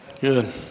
Good